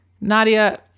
Nadia